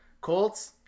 Colts